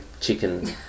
chicken